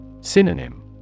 Synonym